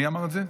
מי אמר את זה?